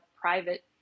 private